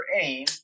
aim